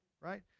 right